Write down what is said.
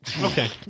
Okay